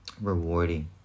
rewarding